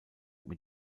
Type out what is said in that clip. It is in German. mit